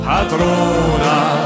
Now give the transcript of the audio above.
Patrona